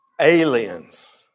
Aliens